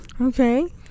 Okay